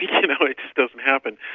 you kind of know, it just doesn't happen.